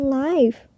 life